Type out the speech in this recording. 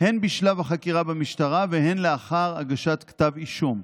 הן בשלב החקירה במשטרה והן לאחר הגשת כתב אישום,